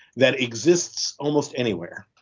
that exists almost anywhere.